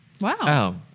Wow